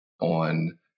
on